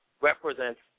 represents